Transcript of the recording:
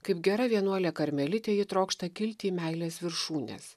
kaip gera vienuolė karmelitė ji trokšta kilti į meilės viršūnes